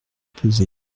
posée